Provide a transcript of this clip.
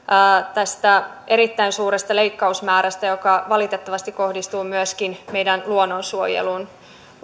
tästä erittäin suuresta leikkausmäärästä joka valittavasti kohdistuu myöskin meidän luonnonsuojeluun